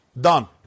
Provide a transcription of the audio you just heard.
Done